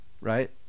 right